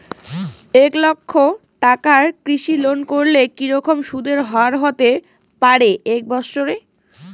এক লক্ষ টাকার কৃষি ঋণ করলে কি রকম সুদের হারহতে পারে এক বৎসরে?